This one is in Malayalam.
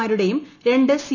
മാരുടെയും രണ്ട് സി